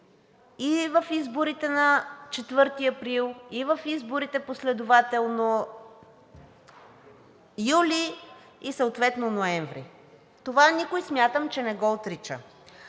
и в изборите на 4 април, и в изборите последователно юли и съответно ноември. Това никой, смятам, че не го отрича.